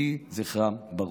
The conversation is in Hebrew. יהי זכרם ברוך.